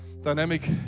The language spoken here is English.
dynamic